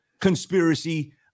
conspiracy